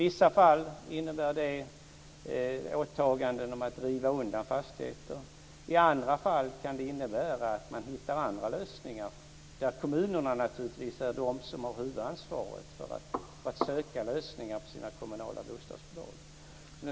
I vissa fall innebär det åtaganden om att riva fastigheter. I andra fall kan det innebära att man hittar andra lösningar, där kommunerna naturligtvis är de som har huvudansvaret för att söka lösningar för sina kommunala bostadsbolag.